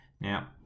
Now